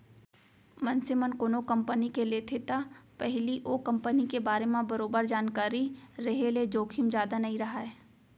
मनसे मन कोनो कंपनी के लेथे त पहिली ओ कंपनी के बारे म बरोबर जानकारी रेहे ले जोखिम जादा नइ राहय